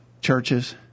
churches